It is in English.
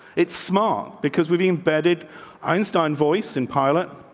it's smart because we be embedded einstein voice in pilot,